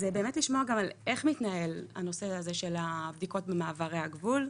לשמוע איך מתנהל הנושא של בדיקות במעברי הגבול.